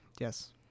Yes